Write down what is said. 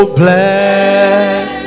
bless